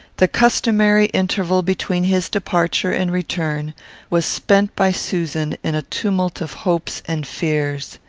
the customary interval between his departure and return was spent by susan in a tumult of hopes and fears.